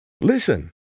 Listen